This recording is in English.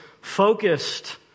focused